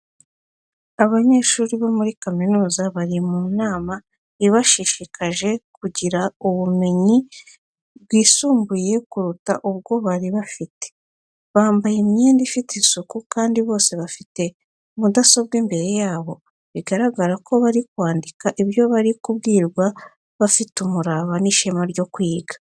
Abanyeshuri bo muri kaminuza bari mu nama ibashishikaje kugira ubumenyi bwisumbuyeho kuruta ubwo bari bafite, bambaye imyenda ifite isuku kandi bose bafite mudasobwa imbere yabo, bigaragara ko bari kwandika ibyo bari kubwirwa, bafite umurava n'ishema ryo kwiga.